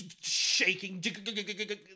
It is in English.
shaking